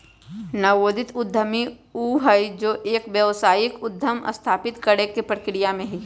नवोदित उद्यमी ऊ हई जो एक व्यावसायिक उद्यम स्थापित करे के प्रक्रिया में हई